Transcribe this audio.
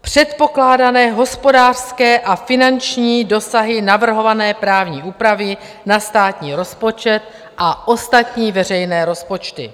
předpokládané hospodářské a finanční dosahy navrhované právní úpravy na státní rozpočet a ostatní veřejné rozpočty.